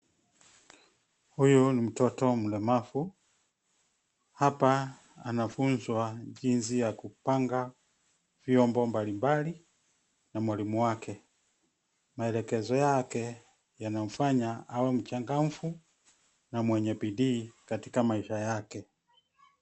Huyu ni mtoto mlemavu, hapa anafunzwa jinsi ya kupanga vyombo mbalimbali na mwalimu wake. Maelekezo yake yanamfanya awe mchangamfu na mwenye bidii katika maisha yake.